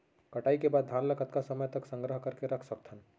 कटाई के बाद धान ला कतका समय तक संग्रह करके रख सकथन?